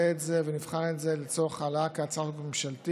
את זה ונבחן את זה לצורך העלאה כהצעה ממשלתית,